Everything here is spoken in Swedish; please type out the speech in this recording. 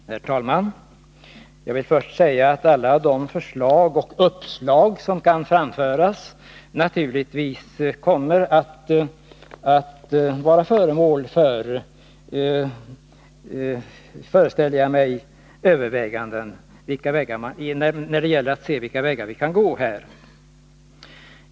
Herr talman! Jag vill först säga att alla de förslag och uppslag som kan framföras kommer att bli föremål för överväganden. Det gäller att se vilka vägar vi kan gå.